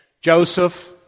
Joseph